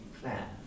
Claire